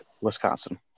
Wisconsin